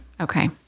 Okay